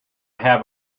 have